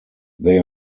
they